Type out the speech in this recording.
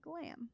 glam